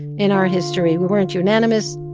in our history, we weren't unanimous